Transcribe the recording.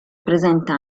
presenta